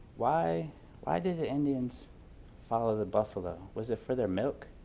why why did the indians follow the buffalo was it for their milk?